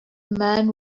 man